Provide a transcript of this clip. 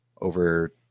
over